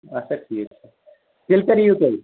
اچھا ٹھیٖک چھُ تیٚلہِ کَر یِیِو تُہۍ